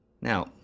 Now